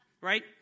right